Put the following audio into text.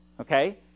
Okay